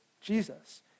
Jesus